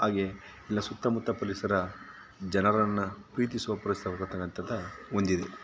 ಹಾಗೆಯೇ ಎಲ್ಲ ಸುತ್ತಮುತ್ತ ಪರಿಸರ ಜನರನ್ನು ಪ್ರೀತಿಸುವ ಹೊಂದಿದೆ